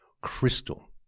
crystal